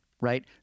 Right